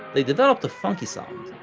they developed a funky sound,